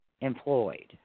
employed